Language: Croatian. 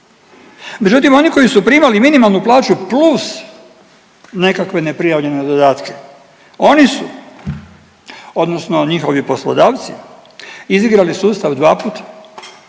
Međutim, oni koji su primali minimalnu plaću plus nekakve neprijavljene dodatke oni su odnosno njihovi poslodavci izigrali sustav dva put.